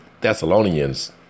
Thessalonians